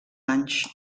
anys